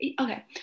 Okay